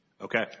Okay